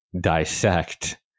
dissect